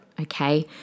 Okay